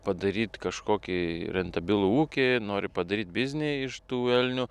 padaryt kažkokį rentabilų ūkį nori padaryt biznį iš tų elnių